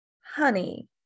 honey